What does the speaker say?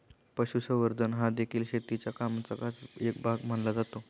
पशुसंवर्धन हादेखील शेतीच्या कामाचाच एक भाग मानला जातो